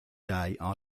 are